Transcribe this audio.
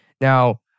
Now